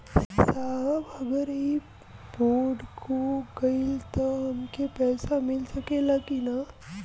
साहब अगर इ बोडखो गईलतऽ हमके पैसा मिल सकेला की ना?